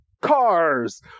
Cars